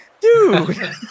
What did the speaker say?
dude